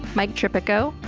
mike tripico,